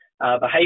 Behavior